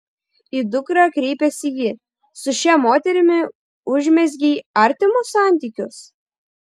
į dukrą kreipėsi ji su šia moterimi užmezgei artimus santykius